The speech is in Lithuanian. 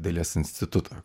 dailės institutą